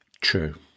True